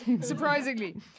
surprisingly